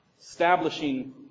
establishing